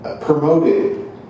promoted